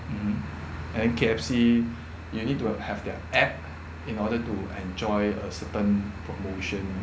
mmhmm and then K_F_C you need to have their app in order to enjoy a certain promotion